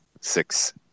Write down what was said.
six